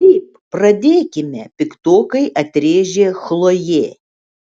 taip pradėkime piktokai atrėžė chlojė